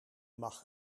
mag